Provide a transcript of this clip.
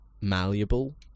malleable